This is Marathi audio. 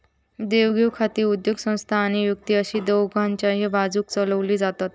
देवघेव खाती उद्योगसंस्था आणि व्यक्ती अशी दोघांच्याय बाजून चलवली जातत